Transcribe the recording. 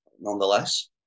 nonetheless